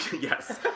yes